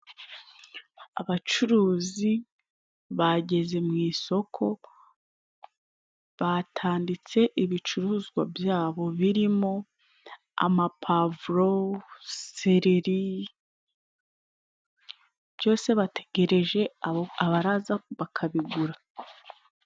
Abacuruzi bageze mu isoko batanditse ibicuruzwa byabo birimo amapavro, seleri byose bategereje abaraza bakabigura.